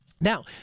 Now